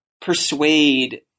persuade